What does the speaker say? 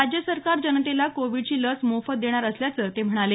राज्य सरकार जनतेला कोविडची लस मोफत देणार असल्याचं ते म्हणाले